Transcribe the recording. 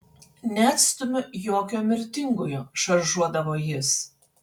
neatstumiu jokio mirtingojo šaržuodavo jis